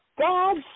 God